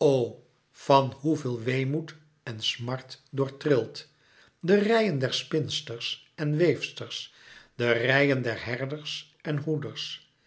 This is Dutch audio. van hoe veel weemoed en smart doortrild de reien der spinsters en weefsters de reien der herders en hoeders